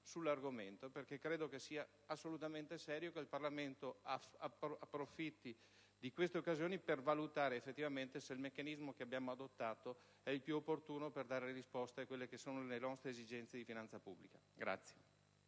firma. Credo, infatti, che sia assolutamente serio che il Parlamento approfitti di queste occasioni per valutare effettivamente se il meccanismo che abbiamo adottato sia il più opportuno per dare risposte alle nostre esigenze di finanza pubblica.